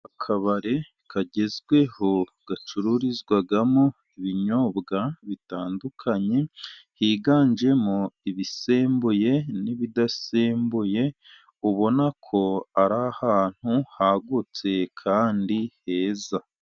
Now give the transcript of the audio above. Akabari kagezweho, gacururizwamo ibinyobwa bitandukanye, higanjemo ibisembuye n'ibidasembuye, ubona ko ari ahantu hagutse kandi heza.